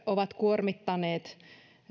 ovat kuormittaneet